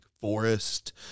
forest